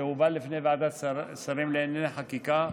זה הובא בפני ועדת שרים לענייני חקיקה.